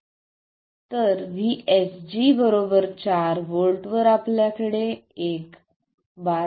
तर VSG 4 व्होल्टवर आपल्याकडे एक 12